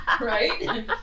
right